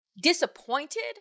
disappointed